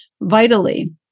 vitally